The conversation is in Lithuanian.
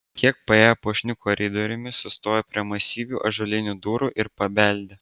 kiek paėję puošniu koridoriumi sustojo prie masyvių ąžuolinių durų ir pabeldė